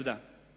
תודה.